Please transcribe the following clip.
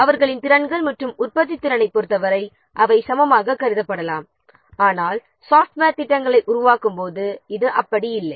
அவர்களின் திறன்கள் மற்றும் உற்பத்தித்திறனைப் பொருத்தவரை அவை சமமாக கருதப்படலாம் ஆனால் மென்பொருள் ப்ராஜெக்ட்டை உருவாக்கும் போது இது அப்படி இல்லை